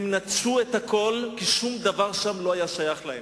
הם נטשו את הכול, כי שום דבר שם לא היה שייך להם.